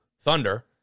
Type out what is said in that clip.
Thunder